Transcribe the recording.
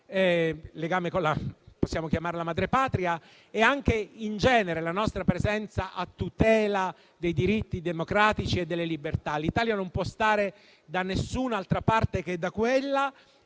chiamare la madrepatria, e perché faccia sentire anche la nostra presenza a tutela dei diritti democratici e delle libertà. L'Italia non può stare da nessun'altra parte che da quella